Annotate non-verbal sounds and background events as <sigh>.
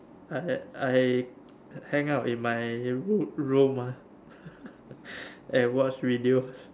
I I hang out in my room ah <laughs> and watch video <laughs>